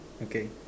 okay